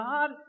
God